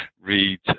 read